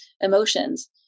emotions